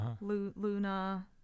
Luna